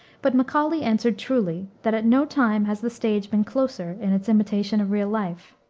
but macaulay answered truly, that at no time has the stage been closer in its imitation of real life.